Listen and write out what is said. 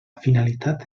finalitat